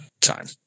time